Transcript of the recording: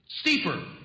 steeper